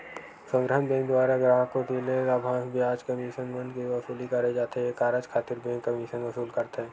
संग्रहन बेंक दुवारा गराहक कोती ले लाभांस, बियाज, कमीसन मन के वसूली करे जाथे ये कारज खातिर बेंक कमीसन वसूल करथे